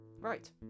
Right